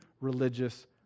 religious